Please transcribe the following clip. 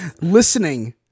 Listening